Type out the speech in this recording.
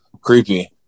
creepy